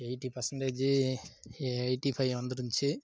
eighty percentage eighty five வந்துருந்துச்சு